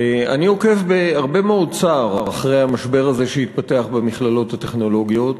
אני עוקב בהרבה מאוד צער אחרי המשבר הזה שהתפתח במכללות הטכנולוגיות,